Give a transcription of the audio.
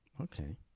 Okay